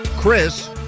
Chris